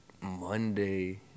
Monday